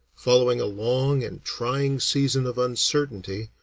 following a long and trying season of uncertainty,